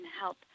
help